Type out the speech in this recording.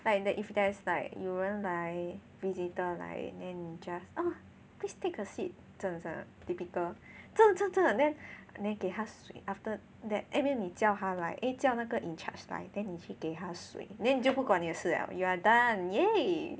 like if there's like 有人来 visitor 来 then 你 just oh please take a seat 真的真的 typical 真的真的真的 then 你给他水 then after then 你叫他 like 来 eh 叫那个 in charge 来 then 你去给他水 then 你就不管你的事了 you are done !yay!